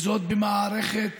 וזאת במערכת